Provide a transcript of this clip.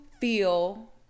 feel